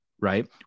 right